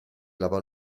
lavò